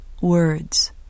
words